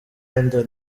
london